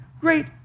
great